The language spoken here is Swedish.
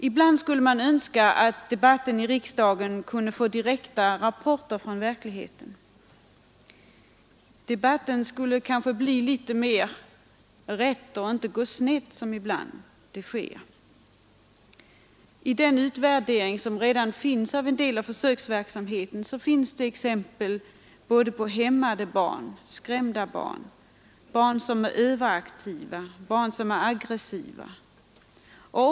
Ibland skulle man önska att debatten i riksdagen kunde få direkta rapporter från verkligheten. Debatten skulle då bli mindre snedvriden. I den utvärdering som redan har skett av en del av försöksverksamheten finns exempel på hämmade barn, skrämda barn, överaktiva barn och aggressiva barn.